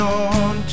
on